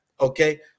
Okay